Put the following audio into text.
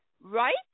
Right